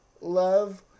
love